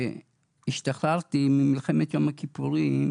כשהשתחררתי ממלחמת יום הכיפורים,